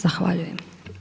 Zahvaljujem.